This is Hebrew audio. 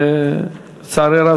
ולצערי רב,